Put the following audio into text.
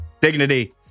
Dignity